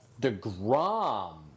DeGrom